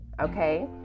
okay